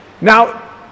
Now